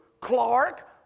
Clark